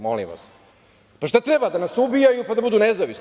Molim vas, pa šta treba da nas ubijaju pa da budu nezavisni.